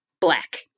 black